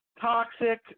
toxic